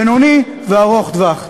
לטווח בינוני, וארוך-טווח.